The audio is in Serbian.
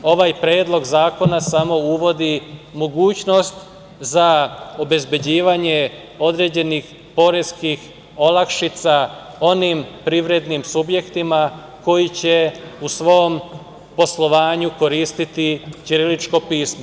Ovaj Predlog zakona samo uvodi mogućnost za obezbeđivanje određenih poreskih olakšica onim privrednim subjektima koji će u svom poslovanju koristiti ćirilično pismo.